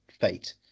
Fate